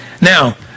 Now